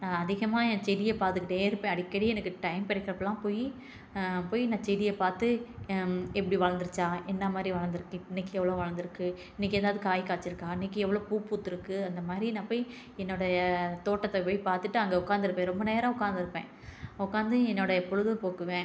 நான் அதிகமாக என் செடியை பார்த்துகிட்டே இருப்பேன் அடிக்கடி எனக்கு டைம் கிடைக்கிறப்பலாம் போய் நான் போய் என் செடியை பார்த்து எப்படி வளர்ந்துடுச்சா என்னாமாரி வளர்ந்துருக்கு இன்னைக்கு எவ்வளோ வளர்ந்துருக்கு இன்னைக்கு எதாவது காய் காய்ச்சிருக்கா இன்னைக்கு எவ்வளோ பூ பூத்திருக்கு அந்தமாரி நா போயி என்னுடய தோட்டத்தை போய் பார்த்துட்டு அங்கே உக்காந்துருப்பேன் ரொம்ப நேரம் உக்காந்துருப்பேன் உக்காந்து என்னுடய பொழுதுபோக்குவேன்